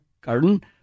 garden